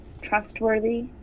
trustworthy